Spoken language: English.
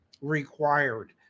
required